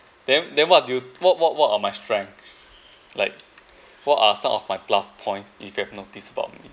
then then what do you what what what are my strength like what are some of my plus points if you have noticed about me